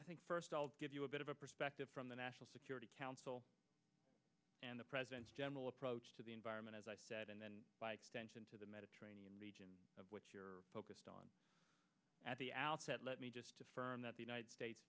i think first give you a bit of a perspective from the national security council and the president's general approach to the environment as i said and then by extension to the mediterranean region of which you're focused on at the outset let me just affirm that the united states